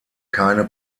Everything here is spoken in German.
keine